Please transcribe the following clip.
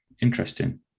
interesting